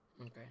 Okay